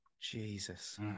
Jesus